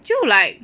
就 like